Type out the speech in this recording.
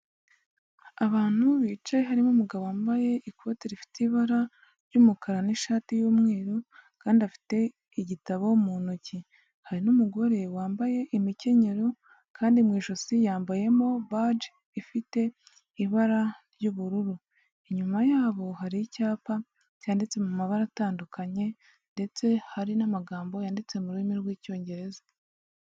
Abantu bicaye harimo umugabo wambaye ikote rifite ibara ry'umukara n'ishati y'umweru kandi afite igitabo mu ntoki, hari n'umugore wambaye imikenyero kandi mu ijosi yambayemo baje, ifite ibara ry'ubururu, inyuma yabo hari icyapa cyanditse mu mabara atandukanye ndetse hari n'amagambo yanditse mu rurimi rw'Icyongereza.